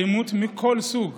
אלימות מכל סוג,